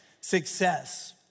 success